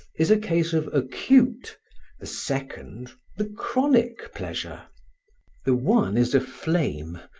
is a case of acute the second, the chronic pleasure the one is a flame,